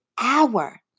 hour